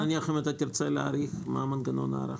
אבל נניח אם אתה רוצה להאריך, מה מנגנון ההארכה?